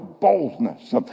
boldness